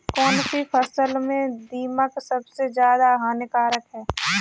कौनसी फसल में दीमक सबसे ज्यादा हानिकारक है?